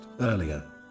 earlier